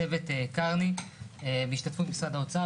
צוות קרני בהשתתפות משרד האוצר,